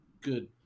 good